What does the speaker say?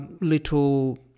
little